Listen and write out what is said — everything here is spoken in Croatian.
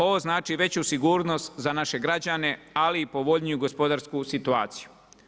Ovo znači veću sigurnost za naše građane ali i povoljniju gospodarsku situaciju.